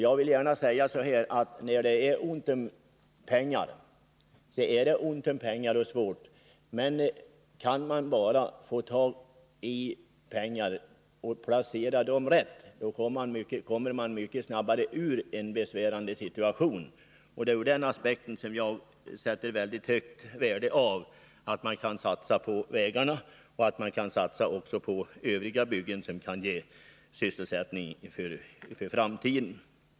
Jag vill gärna säga att när det är ont om pengar så är det svårt, men kan man bara få tag i pengar och placera dem rätt, kommer man mycket snabbare ur en besvärande situation. Det är ur den aspekten som jag sätter mycket stort värde på att man kan satsa på vägar och att man kan satsa också på andra byggen som kan ge sysselsättning för framtiden.